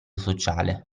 sociale